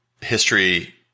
history